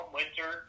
winter